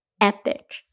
Epic